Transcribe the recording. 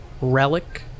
relic